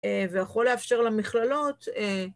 ויכול לאפשר למכללות.